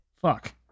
fuck